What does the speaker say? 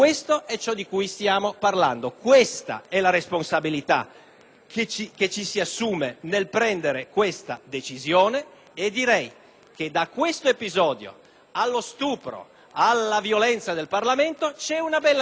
che ci si assume nel prendere questa decisione e direi che da questo episodio allo stupro e alla violenza del Parlamento c'è una bella differenza. Ricordo che qualche anno fa,